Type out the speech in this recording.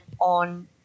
on